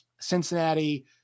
Cincinnati